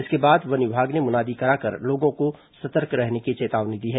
इसके बाद वन विभाग ने मुनादी कराकर लोगों को सतर्क रहने की चेतावनी दी है